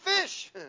fish